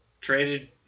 traded